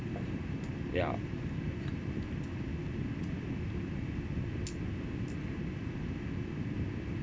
ya